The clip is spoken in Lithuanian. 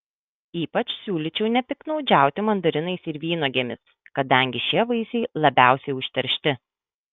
ypač siūlyčiau nepiktnaudžiauti mandarinais ir vynuogėmis kadangi šie vaisiai labiausiai užteršti